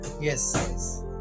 Yes